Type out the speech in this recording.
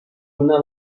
una